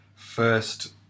First